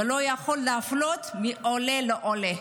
ולא יכולים להפלות בין עולה לעולה.